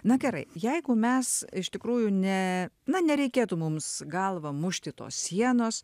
na gerai jeigu mes iš tikrųjų ne na nereikėtų mums galva mušti tos sienos